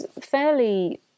fairly